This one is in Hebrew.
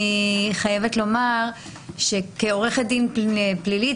אני חייבת לומר כעורכת דין פלילית,